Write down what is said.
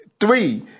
Three